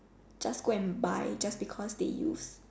just go and buy just because they use